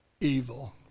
evil